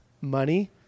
money